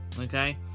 Okay